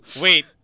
Wait